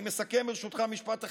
אני מסכם, ברשותך, במשפט אחד: